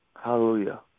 Hallelujah